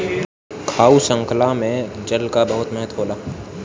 खाद्य शृंखला में जल कअ बहुत महत्व होला